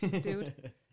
dude